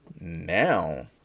Now